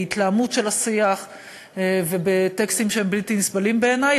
בהתלהמות של השיח ובטקסטים שהם בלתי נסבלים בעיני,